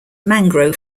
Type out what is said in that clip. mangrove